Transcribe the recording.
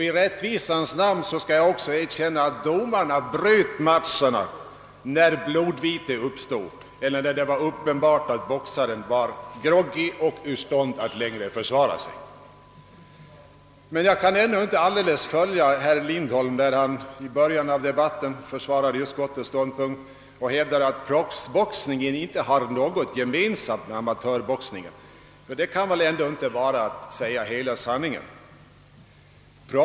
I rättvisans namn skall jag också erkänna att domarna bröt matcherna när blodvite uppstod eller när det var uppenbart att en boxare var groggy och inte i stånd att längre försvara sig. Men jag kunde ändå inte riktigt följa herr Lindholm, när han i början av denna debatt försvarade utskottets ståndpunkt och hävdade att proffsboxningen inte har någonting gemensamt med amatörboxningen. Det kan inte vara hela sanningen.